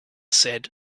said